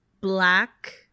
black